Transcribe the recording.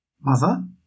Mother